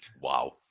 Wow